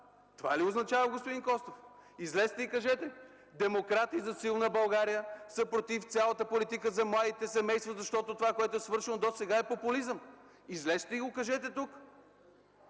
Това ли означава, господин Костов?! Излезте и кажете: Демократи за силна България са против цялата политика за младите семейства, защото това, което е свършено досега, е популизъм. Излезте и го кажете тук!